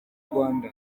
rwanda